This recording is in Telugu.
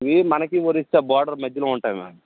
ఇవి మనకి ఒరిస్సా బోర్డర్ మధ్యలో ఉంటాయి మ్యామ్